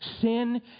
sin